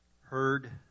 heard